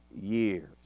years